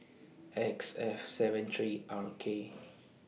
X F seven three R K